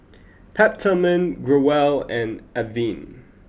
Peptamen Growell and Avene